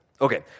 Okay